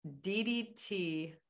ddt